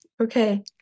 Okay